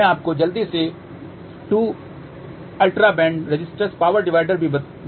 मैं आपको जल्दी से 2 ultra broadband resistor power divider भी दिखाऊंगा